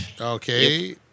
Okay